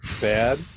bad